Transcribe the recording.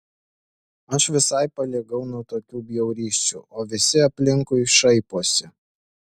aš visai paliegau nuo tokių bjaurysčių o visi aplinkui šaiposi